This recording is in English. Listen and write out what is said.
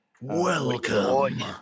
Welcome